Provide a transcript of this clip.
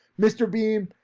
mr. beam,